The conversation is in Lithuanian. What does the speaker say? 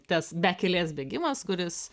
tas bekelės bėgimas kuris